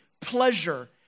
pleasure